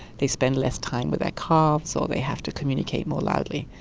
they spend less time with their calves or they have to communicate more loudly.